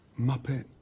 Muppet